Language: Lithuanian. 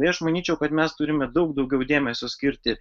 tei aš manyčiau kad mes turime daug daugiau dėmesio skirti